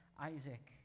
Isaac